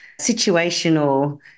situational